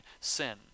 sin